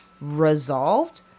resolved